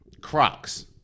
Crocs